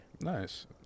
Nice